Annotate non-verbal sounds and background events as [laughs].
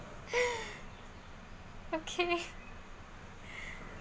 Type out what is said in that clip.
[laughs] okay [breath]